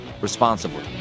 responsibly